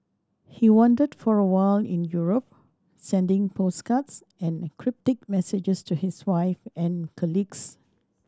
he wandered for a while in Europe sending postcards and cryptic messages to his wife and colleagues